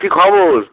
কি খবর